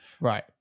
right